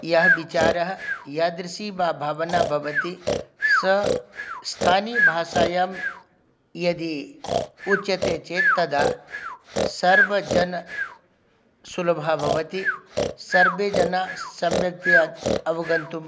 यः विचारः यादृशी बा भावना भवति स स्थानीयभाषायां यदि उच्यते चेत् तदा सर्वजनसुलभा भवति सर्वे जनाः सम्यग्तया अवगन्तुं